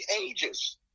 ages